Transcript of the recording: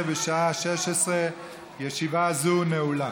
ההצעה לא התקבלה.